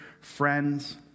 friends